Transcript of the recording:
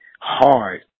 hard